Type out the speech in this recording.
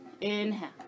Inhale